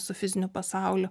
su fiziniu pasauliu